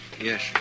Yes